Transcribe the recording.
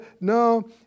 No